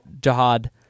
Jihad